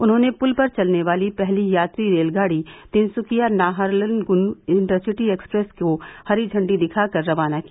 उन्होंने पुल पर चलने वाली पहली यात्री रेलगाड़ी तिनसुकिया नाहरलगुन इंटरसिटी एक्सप्रेस को हरी झंडी दिखाकर रवाना किया